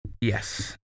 Yes